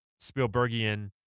Spielbergian